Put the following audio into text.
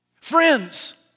Friends